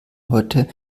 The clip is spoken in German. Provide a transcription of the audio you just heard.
heute